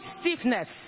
stiffness